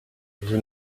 vous